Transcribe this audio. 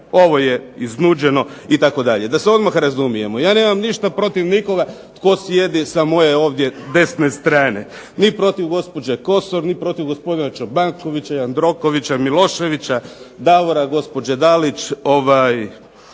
ovo je iznuđeno itd. Da se odmah razumijemo, ja nemam ništa protiv nikoga tko sjedi sa moje desne strane, ni protiv gospođe KOsor, niti protiv gospodina Čobankovića, Jandrokovića, Miloševića, Davora, gospođe Dalić,